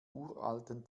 uralten